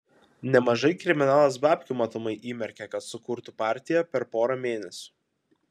nemažai kriminalas babkių matomai įmerkė kad sukurtų partiją per porą mėnesių